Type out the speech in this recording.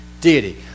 Deity